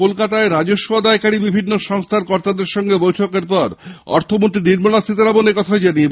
কলকাতায় রাজস্ব আদায়কারী বিভিন্ন সংস্থার কর্তাদের সঙ্গে বৈঠকের পর অর্থমন্ত্রী নির্মলা সিতারামণ একথা জানিয়েছেন